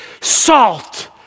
salt